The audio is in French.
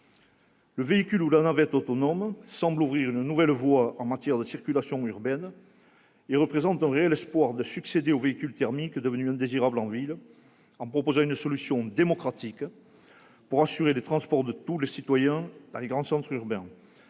Le véhicule ou la navette autonome semble ouvrir une nouvelle voie en matière de circulation urbaine et offrir une réelle perspective de substitution aux véhicules thermiques, devenus indésirables en ville. Il représente une solution démocratique pour assurer les transports de tous les citoyens dans les grands centres urbains.